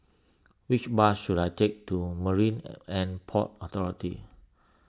which bus should I take to Marine and Port Authority